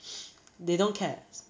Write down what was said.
they don't care